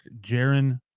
Jaron